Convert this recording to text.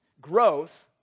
growth